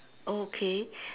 okay